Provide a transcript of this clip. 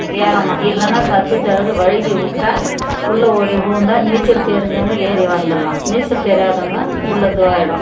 ஏறணும் இல்லைனா தப்பி தவறி வழுக்கிவிட்டா உள்ள ஓடி விழுந்தா நீச்சல் தெரிஞ்சவங்க ஏறி வந்துடலாம் நீச்சல் தெரியாதவங்க உள்ள இதுவாகிடும்